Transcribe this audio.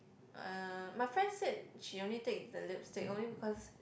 uh my friend said she only take the lipstick only because